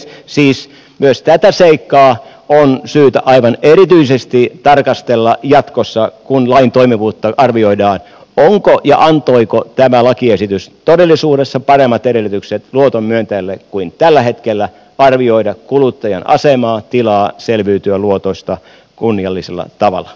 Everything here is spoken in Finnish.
siis myös tätä seikkaa on syytä aivan erityisesti tarkastella jatkossa kun lain toimivuutta arvioidaan antoiko tämä lakiesitys todellisuudessa paremmat edellytykset luoton myöntäjälle kuin tällä hetkellä arvioida kuluttajan asemaa tilaa selviytyä luotosta kunniallisella tavalla